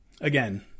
again